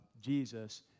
Jesus